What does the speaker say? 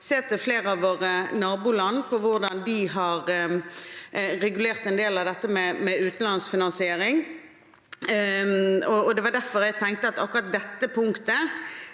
å se til flere av våre naboland på hvordan de har regulert en del av dette som gjelder utenlandsk finansiering. Det var derfor jeg tenkte at man ikke svarer